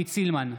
עידית סילמן,